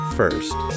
first